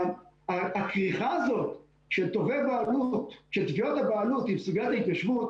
הכריכה הזאת של תביעות הבעלות עם בסוגיית ההתיישבות